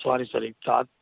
sorry sir ಈಗ ತಾತ್